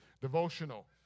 devotional